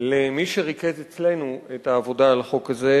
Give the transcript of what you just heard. למי שריכז אצלנו את העבודה על החוק הזה,